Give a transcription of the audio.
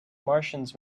martians